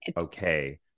okay